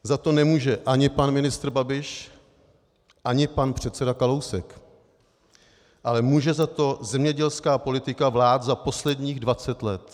Za to nemůže ani pan ministr Babiš ani pan předseda Kalousek, ale může za to zemědělská politika vlád za posledních dvacet let.